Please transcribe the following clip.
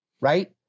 right